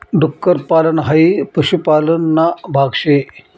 डुक्कर पालन हाई पशुपालन ना भाग शे